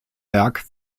werk